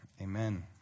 amen